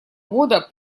года